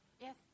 Yes